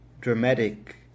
dramatic